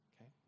okay